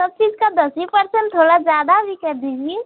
सब चीज़ का दस भी पर्सेन्ट थोड़ा ज़्यादा भी कर दीजिए